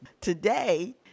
Today